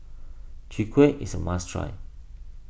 Chwee Kueh is a must try